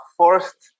first